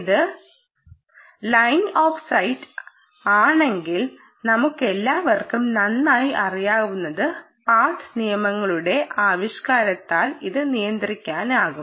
ഇത് line of sight ആണെങ്കിൽ നമുക്കെല്ലാവർക്കും നന്നായി അറിയാവുന്ന പാത്ത് നിയമങ്ങളുടെ ആവിഷ്കാരത്താൽ ഇത് നിയന്ത്രിക്കാനാകും